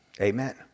Amen